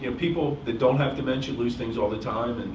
you know people that don't have dementia lose things all the time, and